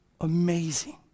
amazing